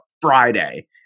Friday